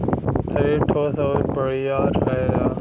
सरीर ठोस आउर बड़ियार रहेला